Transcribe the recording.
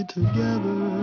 together